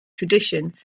tradition